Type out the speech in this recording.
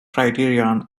criterion